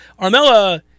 Armella